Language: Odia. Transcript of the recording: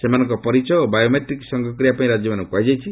ସେମାନଙ୍କର ପରିଚୟ ଓ ବାୟୋମେଟ୍ରିକ୍ ସଂଗ୍ରହ କରିବା ପାଇଁ ରାଜ୍ୟମାନଙ୍କୁ କୁହାଯାଇଛି